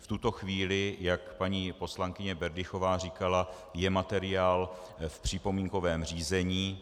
V tuto chvíli, jak paní poslankyně Berdychová říkala, je materiál v připomínkovém řízení.